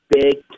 big